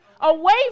away